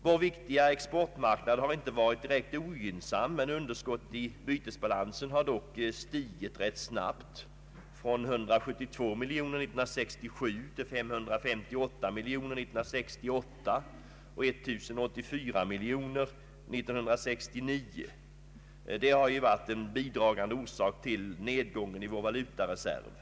Vår viktiga exportmarknad har inte direkt varit ogynnsam, men underskottet i bytesbalansen har stigit rätt snabbt från 172 miljoner kronor 1967 till 558 miljoner kronor 1968 och 1 084 miljoner kronor 1969. Detta har ju varit en bidragande orsak till nedgången i vår valutareserv.